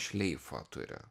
šleifą turi